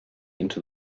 into